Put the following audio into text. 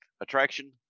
attraction